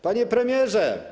Panie Premierze!